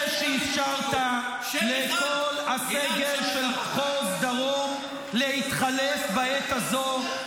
שלא ----- זה שאפשרת לכל הסגל של מחוז דרום להתחלף בעת הזו,